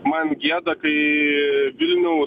man gėda kai vilniaus